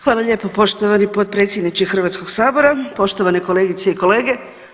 Hvala lijepo poštovani potpredsjedniče Hrvatskog sabora, poštovane kolegice i kolege.